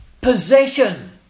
possession